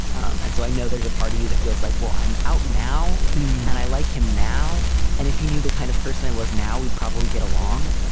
um and so i know there's a part of you that feels like, well, i'm out now and i like him now and if he knew the kind of person i was now, we'd probably get along.